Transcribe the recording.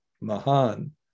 Mahan